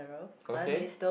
okay